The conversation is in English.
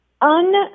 un